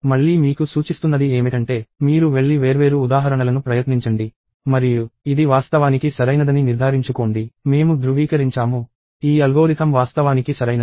మళ్లీ మీకు సూచిస్తున్నది ఏమిటంటే మీరు వెళ్లి వేర్వేరు ఉదాహరణలను ప్రయత్నించండి మరియు ఇది వాస్తవానికి సరైనదని నిర్ధారించుకోండి మేము ధృవీకరించాము ఈ అల్గోరిథం వాస్తవానికి సరైనదే